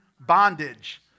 bondage